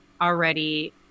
already